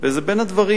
זה בין הדברים